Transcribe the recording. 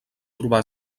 trobar